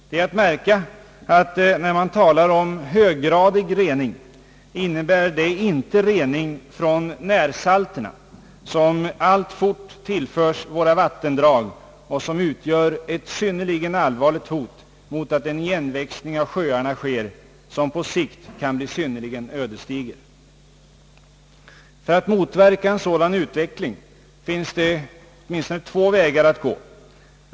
Det är att märka att vad som kallas höggradig rening inte innebär rening från närsalterna, som alltfort tillförs våra vattendrag och utgör ett synnerligen allvarligt hot om en igenväxning av sjöarna, som på sikt kan bli synnerligen ödesdiger. För att motverka en sådan utveckling finns det åtminstone två vägar att välja på.